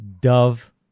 Dove